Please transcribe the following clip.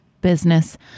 business